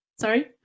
sorry